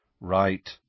Right